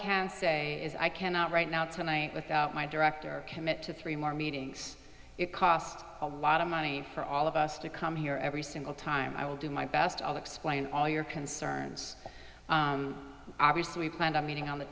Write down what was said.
can say is i cannot right now tonight without my director commit to three more meetings it cost a lot of money for all of us to come here every single time i will do my best i'll explain all your concerns obviously planned a meeting on the